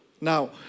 Now